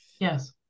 Yes